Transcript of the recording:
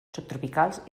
subtropicals